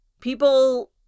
People